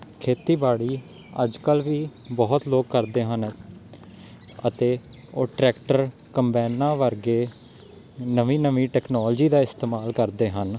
ਖੇਤੀਬਾੜੀ ਅੱਜ ਕੱਲ੍ਹ ਵੀ ਬਹੁਤ ਲੋਕ ਕਰਦੇ ਹਨ ਅਤੇ ਉਹ ਟਰੈਕਟਰ ਕੰਬਾਇਨਾਂ ਵਰਗੇ ਨਵੀਂ ਨਵੀਂ ਟੈਕਨੋਲੋਜੀ ਦਾ ਇਸਤੇਮਾਲ ਕਰਦੇ ਹਨ